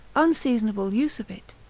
unseasonable use of it,